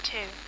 Two